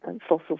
fossil